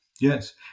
yes